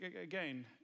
again